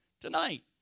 tonight